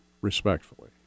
respectfully